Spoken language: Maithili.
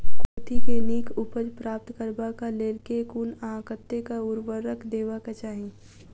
कुर्थी केँ नीक उपज प्राप्त करबाक लेल केँ कुन आ कतेक उर्वरक देबाक चाहि?